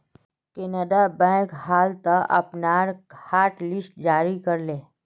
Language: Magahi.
केनरा बैंक हाल त अपनार हॉटलिस्ट जारी कर ले